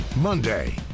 Monday